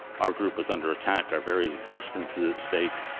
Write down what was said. our group is under attack, our very existence is at stake,